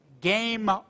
game